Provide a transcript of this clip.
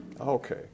Okay